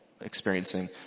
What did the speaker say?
experiencing